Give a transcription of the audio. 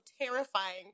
terrifying